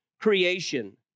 creation